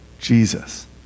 Jesus